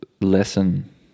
lesson